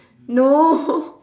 no